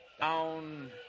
Down